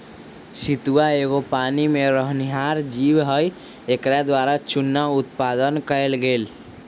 सितुआ एगो पानी में रहनिहार जीव हइ एकरा द्वारा चुन्ना उत्पादन कएल गेल